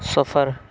سفر